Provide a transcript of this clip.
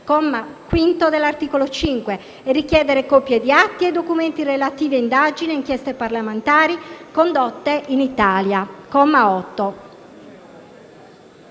(articolo 5, comma 5) e richiedere copie di atti e documenti relativi a indagini e inchieste parlamentari condotte in Italia (comma 8).